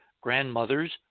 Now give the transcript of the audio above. grandmother's